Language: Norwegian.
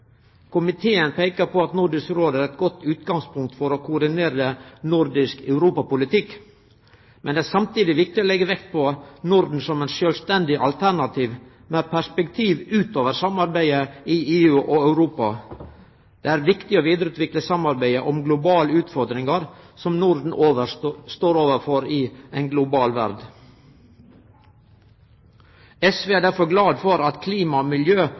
Komiteen peikar på at Nordisk Råd er eit godt utgangspunkt for å koordinere nordisk europapolitikk. Men det er samtidig viktig å leggje vekt på Norden som eit sjølvstendig alternativ med perspektiv utover samarbeidet i EU og Europa. Det er viktig å vidareutvikle samarbeidet om globale utfordringar som Norden står overfor i ei globalisert verd. SV er derfor glad for at klima og miljø